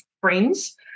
friends